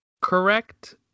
correct